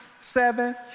seven